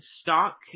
Stock